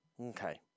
Okay